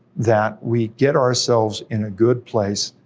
that we get ourselves in a good place,